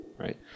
right